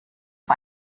auf